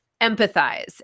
empathize